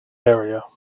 area